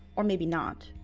or maybe not.